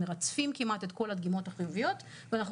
מרצפים כמעט את כל הדגימות החיוביות ואנחנו